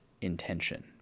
intention